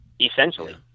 Essentially